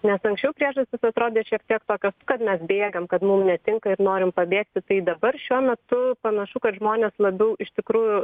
nes anksčiau priežastys atrodė šiek tiek tokios kad mes bėgam kad mum netinka ir norim pabėgti tai dabar šiuo metu panašu kad žmonės labiau iš tikrųjų